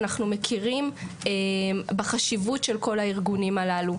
אנחנו מכירים בחשיבות של כל הארגונים הללו,